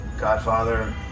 Godfather